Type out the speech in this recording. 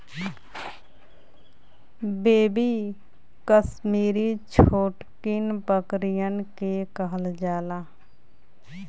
baby Kashmiri छोटकिन बकरियन के कहल जाला